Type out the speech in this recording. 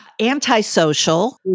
antisocial